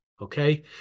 Okay